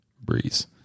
Breeze